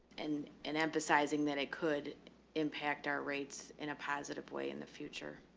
and, and emphasizing that it could impact our rates in a positive way in the future.